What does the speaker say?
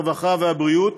הרווחה והבריאות,